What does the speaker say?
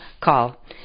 call